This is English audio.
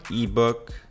ebook